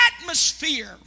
atmosphere